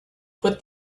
put